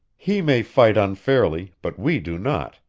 he may fight unfairly, but we do not.